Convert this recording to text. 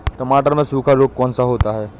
टमाटर में सूखा रोग कौन सा होता है?